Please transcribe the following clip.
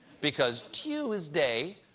because tuesday,